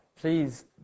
please